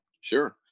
Sure